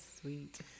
sweet